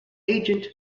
agent